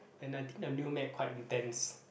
and I think the new map quite intense